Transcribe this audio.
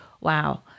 wow